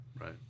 Right